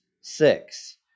six